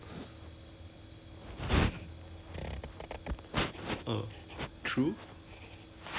but I just don't like the crowd ah so I just want to avoid 拜六礼拜 orh you go everywhere ah 都很多人 leh !wah! 很 sian sia